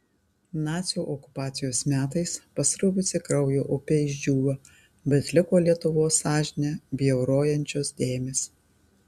nacių okupacijos metais pasruvusi kraujo upė išdžiūvo bet liko lietuvos sąžinę bjaurojančios dėmės